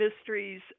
mysteries